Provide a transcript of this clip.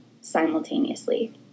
simultaneously